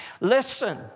Listen